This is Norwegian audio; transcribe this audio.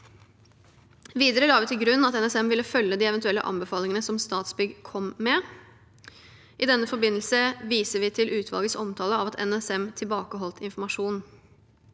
Videre la vi til grunn at NSM ville følge de eventuelle anbefalingene som Statsbygg kom med. I denne forbindelse viser vi til utvalgets omtale av at NSM tilbakeholdt informasjon.